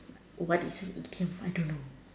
what is an idiom I don't know